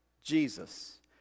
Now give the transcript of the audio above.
Jesus